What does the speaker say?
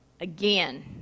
Again